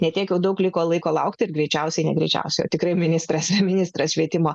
ne tiek daug liko laiko laukti ir greičiausiai ne greičiausiai o tikrai ministras ministras švietimo